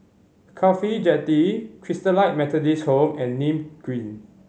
CAFHI Jetty Christalite Methodist Home and Nim Green